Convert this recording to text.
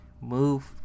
move